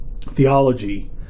theology